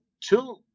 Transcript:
two